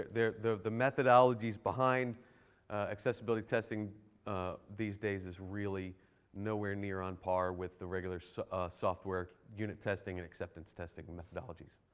the the methodologies behind accessibility testing these days is really nowhere near on par with the regular so software unit testing and acceptance testing methodologies.